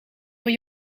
voor